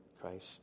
Christ